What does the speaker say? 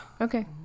Okay